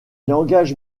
langages